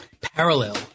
parallel